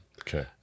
Okay